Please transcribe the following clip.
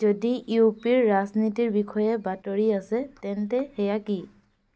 যদি U P ৰ ৰাজনীতিৰ বিষয়ে বাতৰি আছে তেন্তে সেয়া কি